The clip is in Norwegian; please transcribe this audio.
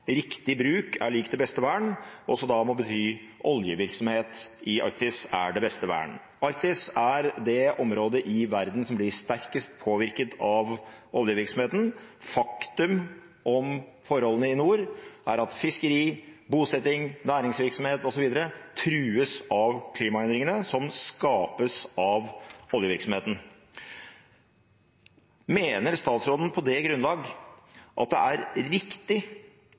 riktig bruk er lik det beste vern, må det også bety at oljevirksomhet i Arktis er det beste vern. Arktis er det området i verden som blir sterkest påvirket av oljevirksomheten. Faktum om forholdene i nord er at fiskeri, bosetting, næringsvirksomhet, osv., trues av klimaendringene som skapes av oljevirksomheten. Mener statsråden på det grunnlag at det er riktig